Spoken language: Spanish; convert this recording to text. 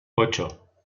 ocho